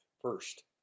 first